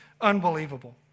unbelievable